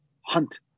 hunt